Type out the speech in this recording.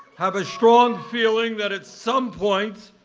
have a strong feeling that at some point,